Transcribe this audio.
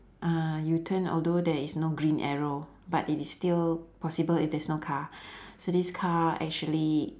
uh u turn although there is no green arrow but it is still possible if there's no car so this car actually